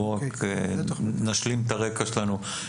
בוא רק נשלים את הרקע שלנו.